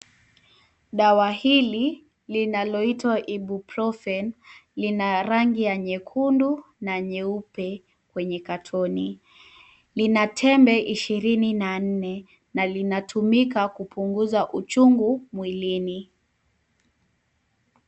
Dawa hili linaloitwa Ibuprofen lina rangi yenye nyekundu ni ya nyeupe kwenye katoni. Lina tembe ishirini na nne na linatumika kupunguza uchungu mwili.